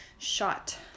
Shot